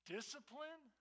Discipline